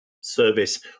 service